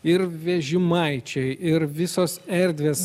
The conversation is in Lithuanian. ir vežimaičiai ir visos erdvės